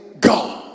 God